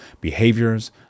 behaviors